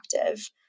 active